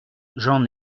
j’en